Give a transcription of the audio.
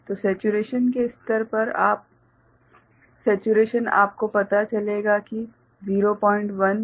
तो सेचुरेशन के स्तर के आधार पर सेचुरेशन आपको पता चलेगा कि 01 02 या उससे भी कम हैं